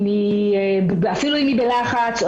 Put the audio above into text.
אפילו אם היא בלחץ,